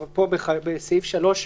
בחלופה (3)